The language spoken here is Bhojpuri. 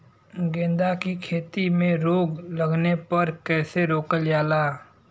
गेंदा की खेती में रोग लगने पर कैसे रोकल जाला?